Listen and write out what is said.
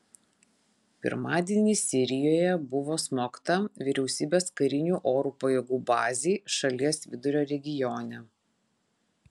pirmadienį sirijoje buvo smogta vyriausybės karinių oro pajėgų bazei šalies vidurio regione